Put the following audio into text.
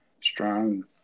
strong